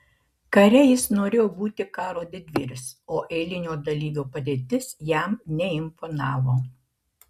kare jis norėjo būti karo didvyris o eilinio dalyvio padėtis jam neimponavo